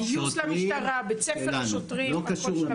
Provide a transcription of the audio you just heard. גיוס למשטרה, בית ספר לשוטרים, הכל של המשטרה.